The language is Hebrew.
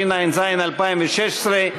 התשע"ז 2016,